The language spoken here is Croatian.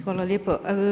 Hvala lijepo.